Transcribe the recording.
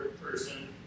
person